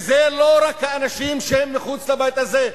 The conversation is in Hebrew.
וזה לא רק האנשים שהם מחוץ לבית הזה,